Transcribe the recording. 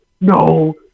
No